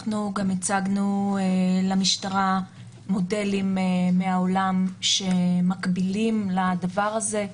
אנחנו גם הצגנו למשטרה מודלים מהעולם שמקבילים לדבר הזה,